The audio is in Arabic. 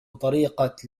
طريقة